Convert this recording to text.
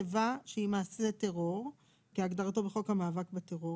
איבה שהיא מעשה טרור כהגדרתו בחוק המאבק בטרור,